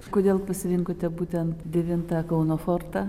kodėl pasirinkote būtent devintą kauno fortą